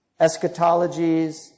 eschatologies